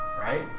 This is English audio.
Right